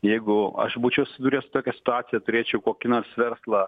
jeigu aš būčiau susidūręs su tokia situacija turėčiau kokį nors verslą